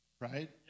Right